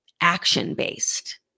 action-based